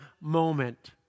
moment